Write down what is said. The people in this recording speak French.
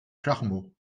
carmaux